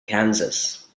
kansas